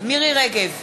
מירי רגב,